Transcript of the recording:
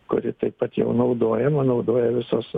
kuri taip pat jau naudojama naudoja visos